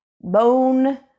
Bone